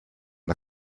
der